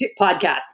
podcast